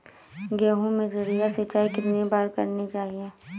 गेहूँ में चिड़िया सिंचाई कितनी बार करनी चाहिए?